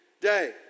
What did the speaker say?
day